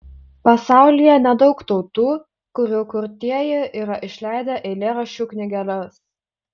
pasaulyje nedaug tautų kurių kurtieji yra išleidę eilėraščių knygeles